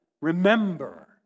remember